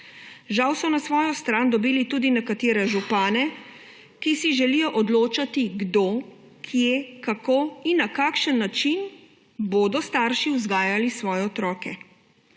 Žal so na svojo stran dobili tudi nekatere župane, ki si želijo odločati kdo, kje, kako in na kakšen način bodo starši vzgajali svoje otroke.